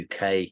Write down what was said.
UK